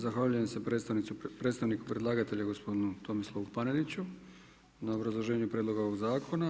Zahvaljujem se predstavniku predlagatelja gospodinu Tomislavu Paneniću na obrazloženju Prijedloga ovoga Zakona.